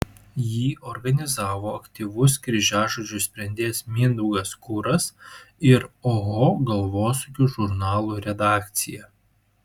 jį organizavo aktyvus kryžiažodžių sprendėjas mindaugas kuras ir oho galvosūkių žurnalų redakcija